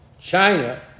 China